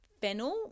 Fennel